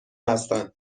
هستند